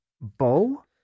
Bow